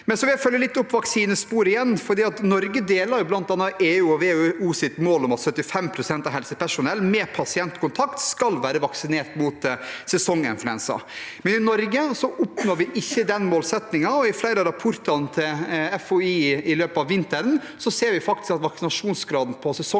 vil følge opp vaksinesporet igjen. Norge deler bl.a. EU og WHOs mål om at 75 pst. av helsepersonell med pasientkontakt skal være vaksinert mot sesonginfluensa. I Norge oppnår vi ikke den målsettingen, og i flere av rapportene til FHI i løpet av vinteren ser vi at vaksinasjonsgraden for sesonginfluensa